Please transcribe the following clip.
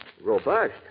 Robust